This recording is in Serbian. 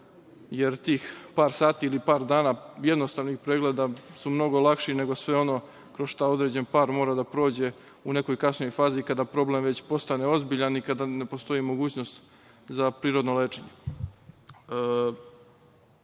jer tih par sati ili par dana jednostavnih pregleda su mnogo lakši nego sve ono kroz šta određen par mora da prođe u nekoj kasnijoj fazi kada problem već postane ozbiljan i kada ne postoji mogućnost za prirodno lečenje. Jasno